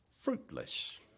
fruitless